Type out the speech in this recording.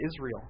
Israel